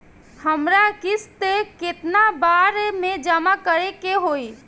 हमरा किस्त केतना बार में जमा करे के होई?